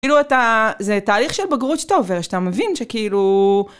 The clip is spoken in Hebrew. כאילו אתה, זה תהליך של בגרות שאתה עובר, ושאתה מבין שכאילו...